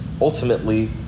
ultimately